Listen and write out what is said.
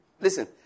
Listen